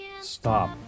Stop